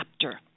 chapter